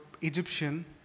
Egyptian